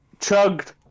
chugged